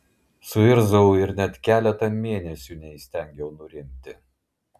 suirzau ir net keletą mėnesių neįstengiau nurimti